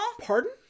Pardon